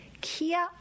Kia